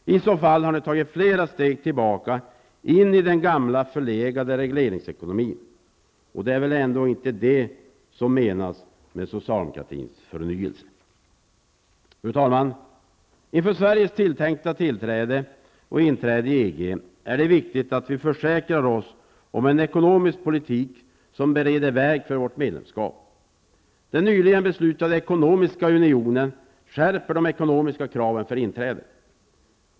I så fall har ni tagit flera steg tillbaka in i den gamla förlegade regleringsekonomin. Det är väl ändå inte det som menas med socialdemokratins förnyelse? Fru talman! Inför Sveriges tilltänkta inträde i EG är det viktigt att vi försäkrar oss om en ekonomisk politik som bereder väg för vårt EG-medlemskap. Den nyligen beslutade ekonomiska unionen skärper de ekonomiska kraven för inträde.